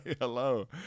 hello